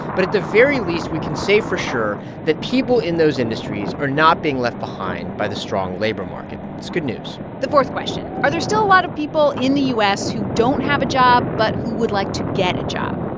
but at the very least, we can say for sure that people in those industries are not being left behind by the strong labor market. it's good news the fourth question are there still a lot of people in the u s. who don't have a job but who would like to get a job?